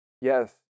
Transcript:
yes